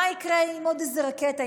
מה יקרה אם עוד איזו רקטה,